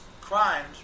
crimes